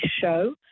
show